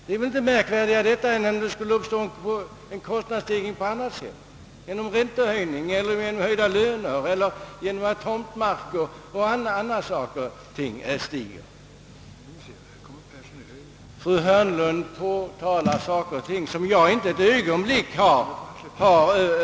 Det är väl inte märkvärdigare än om det skulle uppstå en kostnadsstegring på annat sätt — genom räntehöjning, genom höjda löner eller genom att tomtmark stiger i pris. Fru Hörnlund påtalar saker och ting som jag inte ett ögonblick har tänkt mig.